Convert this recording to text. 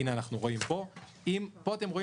בגרף שאתם רואים עכשיו: פה אתם רואים